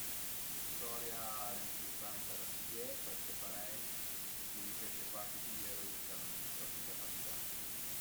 La storia al e ëmpurtanta da stüdié perché parei ti ripete pa tüti gl'erur ch'a sun già capità